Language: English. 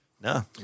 No